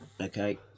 Okay